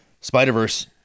Spider-Verse